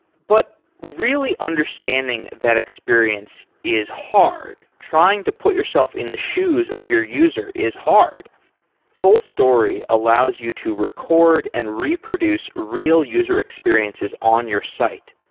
but really understanding that experience is hard. trying to put yourself in the shoes of your user is hard fullstory allows you to record and reproduce real user experiences on your site.